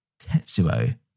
Tetsuo